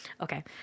Okay